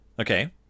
Okay